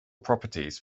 properties